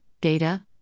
data